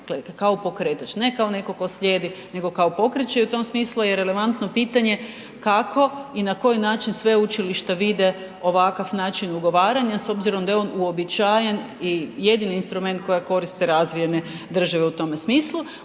Kao pokretač, ne kao netko tko slijedi nego kao pokreće i u tom smislu je relevantno pitanje kako i na koji način sveučilišta vide ovakav način ugovaranja s obzirom da je on uobičajen i jedini instrument koji koriste razvijene države u tome smislu.